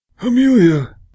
Amelia